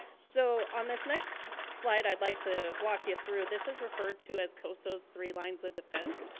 so on this next slide, i'd like to walk you through, this is referred to as coso's three lines of defense,